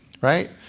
right